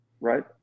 Right